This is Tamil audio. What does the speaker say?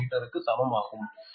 15 மீட்டருக்கு சமம் ஆகும்